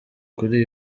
kuri